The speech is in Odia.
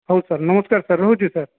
ହଉ ସାର୍ ନମସ୍କାର ସାର୍ ରହୁଛି ସାର୍